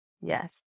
Yes